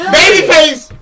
Babyface